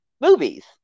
movies